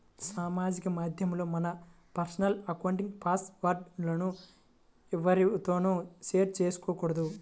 సామాజిక మాధ్యమాల్లో మన పర్సనల్ అకౌంట్ల పాస్ వర్డ్ లను ఎవ్వరితోనూ షేర్ చేసుకోకూడదు